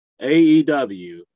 AEW